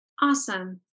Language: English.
Awesome